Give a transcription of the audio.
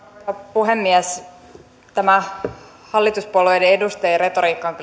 puhemies tämä hallituspuolueiden edustajien retoriikka